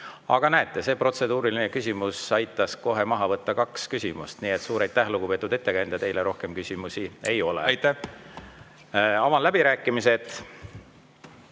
Aga näete, see protseduuriline küsimus aitas kohe maha võtta kaks küsimust. Suur aitäh, lugupeetud ettekandja, teile rohkem küsimusi ei ole! Aitäh! Avan läbirääkimised.